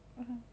mm